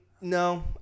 no